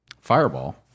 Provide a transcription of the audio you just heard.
Fireball